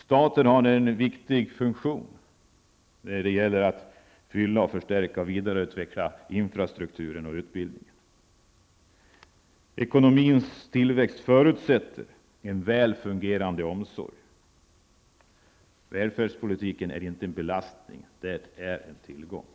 Staten har en viktig funktion när det gäller att fylla, förstärka och vidareutveckla infrastrukturen och utbildningen. Ekonomins tillväxt förutsätter en väl fungerande omsorg. Välfärdspolitiken är inte en belastning, den är en tillgång.